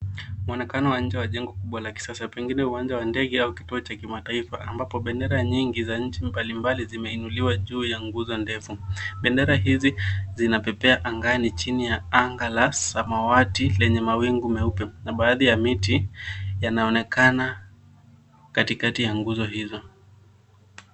Mwonekano wa nje wa jengo kubwa la kisasa pengine uwanja wa ndege au kituo cha kimataifa ambapo bendera nyingi za nchi mbalimbali zimeinuliwa juu ya nguzo ndefu. Bendera hizi zinapepea angani chini ya anga la samawati lenye mawingu meupe na baadhi ya miti yanaonekana katikati ya nguzo hizo.